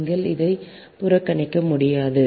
நீங்கள் அதை புறக்கணிக்க முடியாது